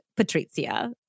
Patrizia